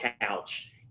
couch